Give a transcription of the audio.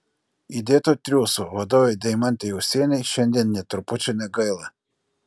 įdėto triūso vadovei deimantei ūsienei šiandien nė trupučio negaila